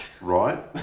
Right